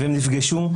והם נפגשו.